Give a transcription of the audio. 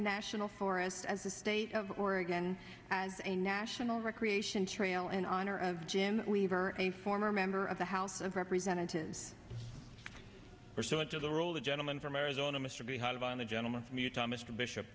national forest as the state of oregon as a national recreation trail in honor of jim weaver a former member of the house of representatives where so much of the world the gentleman from arizona mr b how divine the gentleman from utah mr bishop